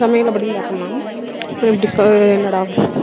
சமையல் அப்படினு பார்த்தோம்னா ஒரு டிஷ் என்னடா